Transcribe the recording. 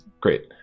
great